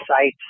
sites